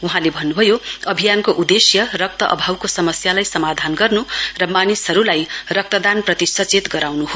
वहाँले भन्नुभयो अभियानको उदेश्य रक्तको अभावको समस्यालाई समाधान गर्नु र मानिसहरुलाई रक्तदानप्रति सचेत गराउनु हो